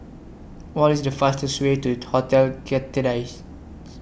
What IS The fastest Way to Hotel Citadines